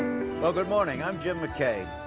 well, good morning. i'm jim mckay.